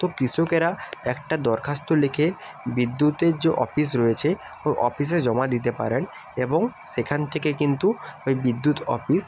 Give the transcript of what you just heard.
তো কৃষকেরা একটা দরখাস্ত লিখে বিদ্যুতের যে অফিস রয়েছে ওই অফিসে জমা দিতে পারেন এবং সেখান থেকে কিন্তু ওই বিদ্যুৎ অফিস